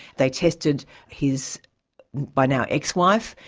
they tested his by now ex-wife,